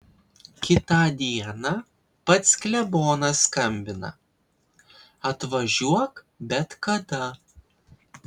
kitą dieną pats klebonas skambina atvažiuok bet kada